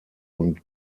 und